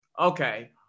okay